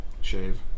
shave